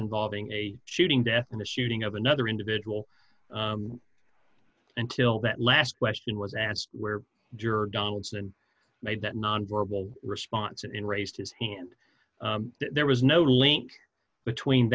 involving a shooting death and the shooting of another individual until that last question was asked where juror donaldson made that nonverbal response and then raised his hand there was no link between